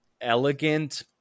elegant